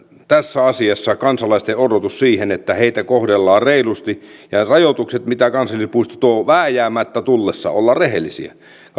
tässä asiassa suhteessa kansalaisten odotuksiin siitä että heitä kohdellaan reilusti ja ja rajoituksissa mitä kansallispuisto tuo vääjäämättä tullessaan ollaan rehellisiä